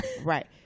Right